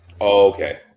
Okay